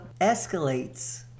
escalates